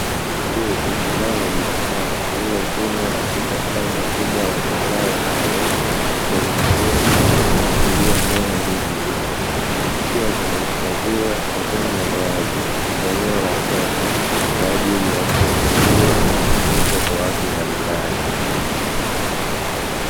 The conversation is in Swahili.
Ndizi zao la biashara lililovunwa katika shamba kubwa la mazao hayo, kwenye migomba iliyomea ndizi hizo, zikiwa zimehifadhiwa sehemu za wazi, eneo la soko kwa ajili ya kununuliwa na kuuzwa kwa watu mbalimbali.